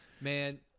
Man